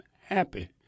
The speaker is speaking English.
happy